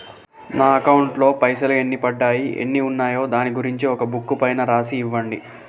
నా అకౌంట్ లో పైసలు ఎన్ని పడ్డాయి ఎన్ని ఉన్నాయో దాని గురించి ఒక బుక్కు పైన రాసి ఇవ్వండి?